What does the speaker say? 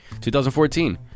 2014